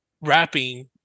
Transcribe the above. wrapping